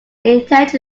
intelligent